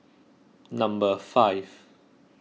number five